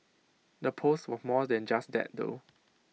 the post was more than just that though